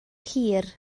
hir